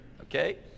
okay